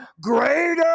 greater